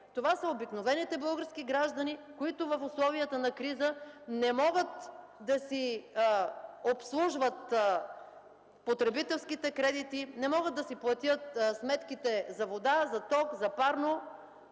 Това са обикновените български граждани, които в условията на криза не могат да си обслужват потребителските кредити, не могат да си платят сметките за вода, за ток, за парно.